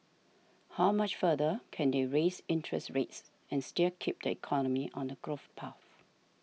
how much further can they raise interest rates and still keep the economy on a growth path